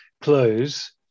close